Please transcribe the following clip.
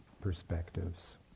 perspectives